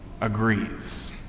agrees